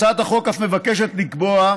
הצעת החוק אף מבקשת לקבוע,